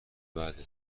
بعده